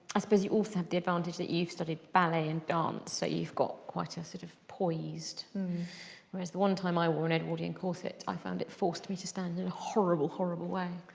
i suppose you also have the advantage that you've studied ballet and dance so you've got quite a sort of poise. whereas the one time i wore an edwardian corset i found it forced me to stand in a horrible horrible way.